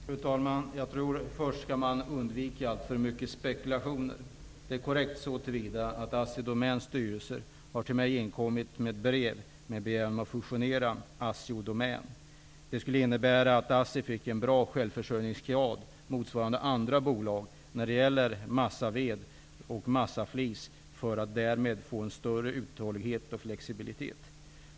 Fru talman! Först och främst skall vi undvika alltför mycket av spekulationer. Det sagda är korrekt så till vida att ASSI:s och Domäns styrelser till mig har inkommit med ett brev med begäran att få fusionera ASSI och Domän. Det skulle innebära att ASSI fick en bra självförsörjningsgrad, motsvarande vad andra bolag har, när det gäller massaved och massaflis och därmed skulle få en större uthållighet och flexibilitet.